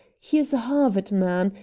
he is a harvard man,